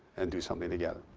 and do something together.